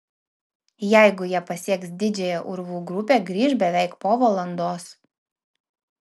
jeigu jie pasieks didžiąją urvų grupę grįš beveik po valandos